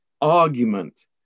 argument